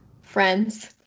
Friends